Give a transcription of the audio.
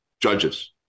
judges